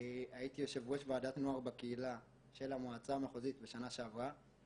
הייתי יושב ראש ועדת נוער בקהילה של המועצה המחוזית בשנה שעברה.